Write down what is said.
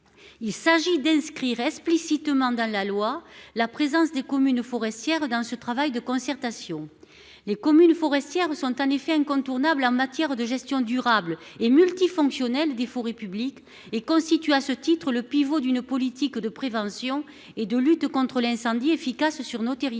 Il s'agit d'inscrire explicitement dans la loi la présence des communes forestières dans ce travail de concertation. Ces dernières sont en effet incontournables en matière de gestion durable et multifonctionnelle des forêts publiques. Elles constituent à ce titre le pivot d'une politique de prévention et de lutte contre l'incendie efficace sur nos territoires.